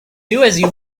you